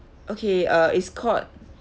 okay uh is called